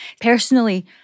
personally